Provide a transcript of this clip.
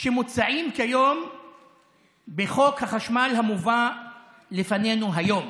שמוצעים כיום בחוק החשמל המובא לפנינו היום.